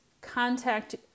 Contact